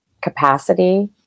capacity